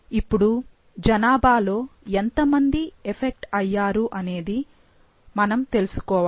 ఇప్పుడు జనాభాలో ఎంత మంది ఎఫెక్ట్ అయ్యారు అనేది మనము తెలుసుకోవాలి